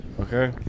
Okay